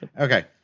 Okay